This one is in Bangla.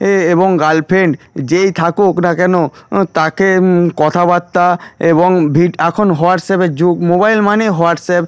এ এবং গার্লফ্রেন্ড যেই থাকুক না কেন তাকে কথাবার্তা এবং ভিড এখন হোয়াটসঅ্যাপের যুগ মোবাইল মানে হোয়াটসঅ্যাপ